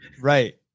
Right